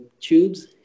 tubes